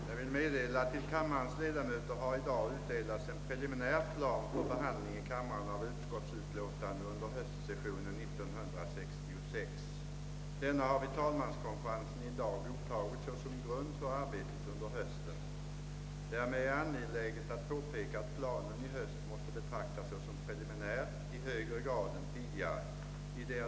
»Har Statsrådet observerat hur de av lekmän sammansatta valnämnderna arbetat till långt in på valnatten — ofta nog till kl. 2—3 — för att verkställa preliminära valsammanräkningar, medan länsstyrelsernas sammanräkningar oftast släpar efter och fördröjes av att tjänstemännen hindras utav löpande länsstyrelseärenden, ordinarie tjänstetidsbegränsning m.m.?